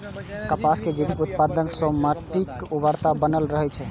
कपासक जैविक उत्पादन सं माटिक उर्वरता बनल रहै छै